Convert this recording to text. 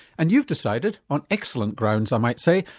and you've decided, on excellent grounds i might say,